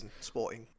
sporting